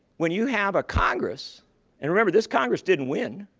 when you have a congress and remember, this congress didn't win,